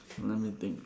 let me think